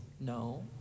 No